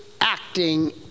acting